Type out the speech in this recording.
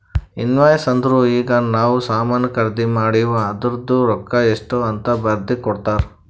invoice ಅಂದುರ್ ಈಗ ನಾವ್ ಸಾಮಾನ್ ಖರ್ದಿ ಮಾಡಿವ್ ಅದೂರ್ದು ರೊಕ್ಕಾ ಎಷ್ಟ ಅಂತ್ ಬರ್ದಿ ಕೊಡ್ತಾರ್